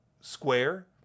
square